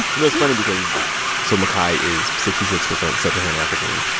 know, it's funny because so mikhi is sixty six percent sub-saharan african.